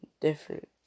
different